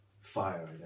fire